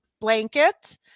blanket